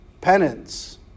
penance